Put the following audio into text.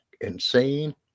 insane